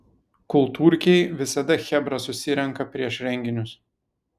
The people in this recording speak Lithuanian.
kultūrkėj visada chebra susirenka prieš renginius